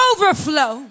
Overflow